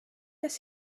dass